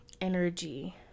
energy